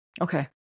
Okay